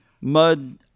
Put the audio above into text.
Mud